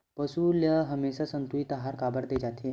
पशुओं ल हमेशा संतुलित आहार काबर दे जाथे?